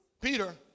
Peter